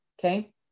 okay